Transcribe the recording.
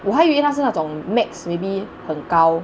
我还以为他是那种 max maybe 很高